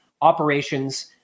operations